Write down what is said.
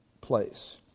place